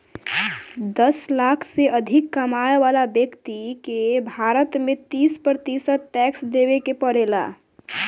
दस लाख से अधिक कमाए वाला ब्यक्ति के भारत में तीस प्रतिशत टैक्स देवे के पड़ेला